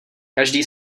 každý